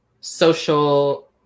social